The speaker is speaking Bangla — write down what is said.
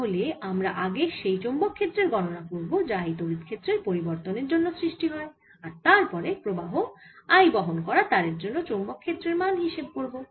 তাহলে আমরা আগে সেই চৌম্বক ক্ষেত্রের গণনা করব যা এই তড়িৎ ক্ষেত্রের পরিবর্তনের জন্য সৃষ্টি হয় আর তারপরে প্রবাহ I বহন করা তারের জন্য চৌম্বক ক্ষেত্রের মান হিসেব করব